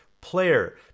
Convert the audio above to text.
player